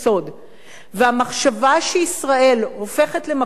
והמחשבה שישראל הופכת למקום אפל,